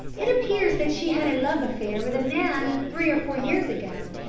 it appears that she had a love affair with a man three or four years ago,